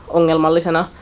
ongelmallisena